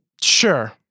Sure